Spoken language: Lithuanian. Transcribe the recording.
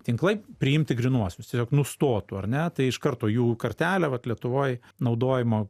tinklai priimti grynuosius tiesiog nustotų ar ne tai iš karto jų kartelė vat lietuvoj naudojimo